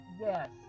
yes